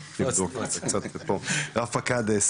העניין של